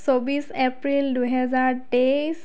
চৌব্বিছ এপ্ৰিল দুহাজাৰ তেইছ